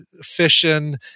Fission